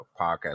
podcast